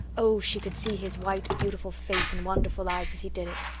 oh, she could see his white beautiful face and wonderful eyes as he did it!